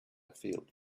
field